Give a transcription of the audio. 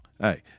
Hey